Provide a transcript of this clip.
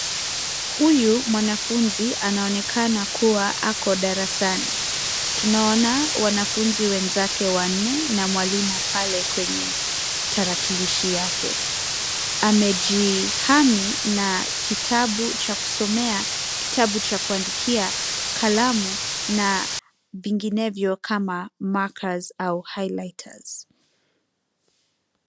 Huyu mwanafunzi anaonekana kuwa ako darasani. Tunaona wanafunzi wenzake wanne na mwalimu pale kwenye tarakilishi yake. Amejihami na kitabu cha kusomea, kitabu cha kuandikia, kalamu na vinginevyo kama markers au high-lighters .